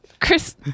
Chris